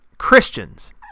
Christians